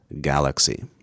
galaxy